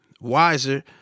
wiser